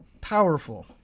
powerful